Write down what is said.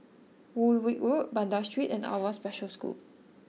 Woolwich Road Banda Street and Awwa Special School